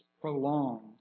prolonged